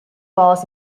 balls